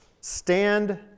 stand